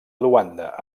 luanda